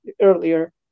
earlier